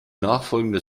nachfolgende